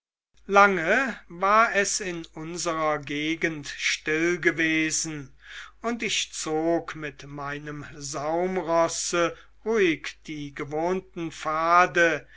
lange war es in unserer gegend still gewesen und ich zog mit meinem saumrosse ruhig die gewohnten pfade